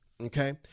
okay